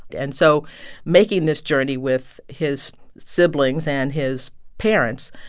and so making this journey with his siblings and his parents,